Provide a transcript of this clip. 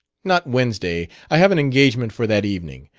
not wednesday. i have an engagement for that evening.